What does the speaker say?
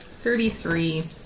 Thirty-three